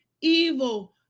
evil